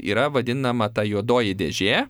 yra vadinama ta juodoji dėžė